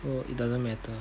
so it doesn't matter